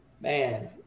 Man